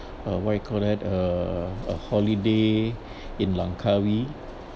a what you call that a holiday in langkawi